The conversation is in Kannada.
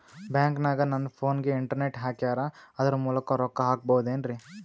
ಬ್ಯಾಂಕನಗ ನನ್ನ ಫೋನಗೆ ಇಂಟರ್ನೆಟ್ ಹಾಕ್ಯಾರ ಅದರ ಮೂಲಕ ರೊಕ್ಕ ಹಾಕಬಹುದೇನ್ರಿ?